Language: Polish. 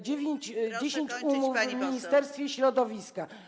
dziewięć, dziesięć umów w Ministerstwie Środowiska.